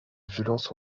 violence